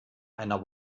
einer